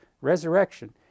resurrection